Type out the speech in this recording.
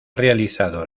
realizado